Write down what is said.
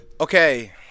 Okay